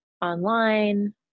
online